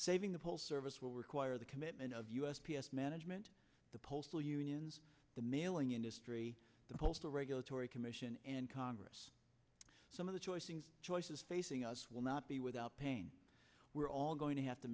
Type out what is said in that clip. saving the whole service will require the commitment of u s p s management the postal unions the mailing industry the postal regulatory commission and congress some of the choices choice facing us will not be without pain we're all going to have to